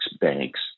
banks